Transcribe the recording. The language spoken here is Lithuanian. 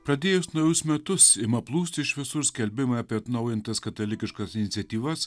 pradėjus naujus metus ima plūsti iš visur skelbimai apie atnaujintas katalikiškas iniciatyvas